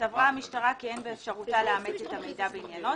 וסברה המשטרה כי אין באפשרותה לאמת את המידע בעניינו,